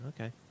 Okay